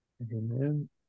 Amen